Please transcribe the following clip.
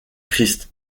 christ